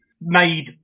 made